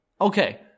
Okay